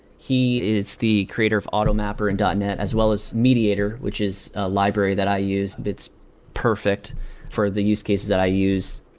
he is the creator of automapper and net, as well as mediator, which is a library that i use that's perfect for the use cases that i use.